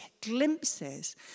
glimpses